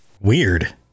Weird